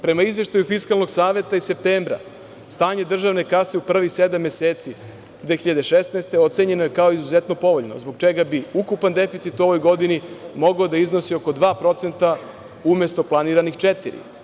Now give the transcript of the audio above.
Prema izveštaju Fiskalnog saveta iz septembra stanje državne kase u prvih sedam meseci 2016. godine ocenjeno je kao izuzetno povoljno zbog čega bi ukupan deficit u ovoj godini mogao da iznosi oko 2% umesto planiranih 4%